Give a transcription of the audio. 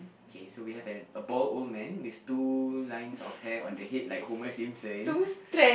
okay so we have a bald old man with two lines of hair on the head like Homer-Simpson